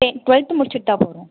twelfth முடித்துட்டு தான் போகிறோம்